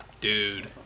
Dude